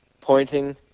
pointing